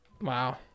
Wow